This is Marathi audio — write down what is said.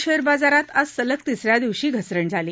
म्ंबई शेअर बाजारात आज सलग तिस या दिवशी घसरण झाली